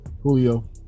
Julio